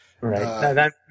Right